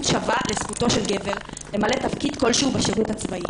שווה לזכותו של גבר למלא תפקיד כלשהו בשירות הצבאי,